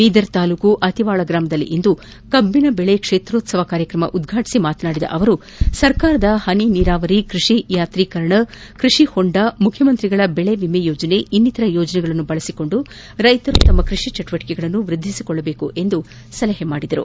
ಬೀದರ್ ತಾಲೂಕಿನ ಅತಿವಾಳ ಗ್ರಾಮದಲ್ಲಿಂದು ಕಬ್ಬಿನ ಬೆ ಕ್ಷೇತ್ರೋತ್ಸವ ಕಾರ್ಯಕ್ರಮ ಉದ್ವಾಟಿಸಿ ಮಾತನಾಡಿದ ಅವರು ಸರ್ಕಾರದ ಹನಿ ನೀರಾವರಿ ಕೃಷಿ ಯಾತ್ರೀಕರಣ ಕೃಷಿ ಹೊಂಡ ಮುಖ್ಯಮಂತ್ರಿಗಳ ಬೆಳಿ ವಿಮೆ ಯೋಜನೆ ಇನ್ತಿತರ ಯೋಜನೆಗಳನ್ನು ಬಳಸಿಕೊಂಡು ರೈತರು ತಮ್ಮ ಕೃಷಿ ಚಟುವಟಿಕೆಗಳನ್ನು ವೃದ್ದಿಸಿಕೊಳ್ಳಬೇಕು ಎಂದು ಸಲಹೆ ಮಾಡಿದರು